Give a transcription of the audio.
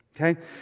Okay